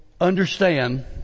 understand